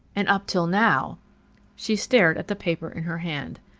and up till now she stared at the paper in her hand.